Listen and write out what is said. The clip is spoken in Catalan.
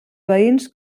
veïns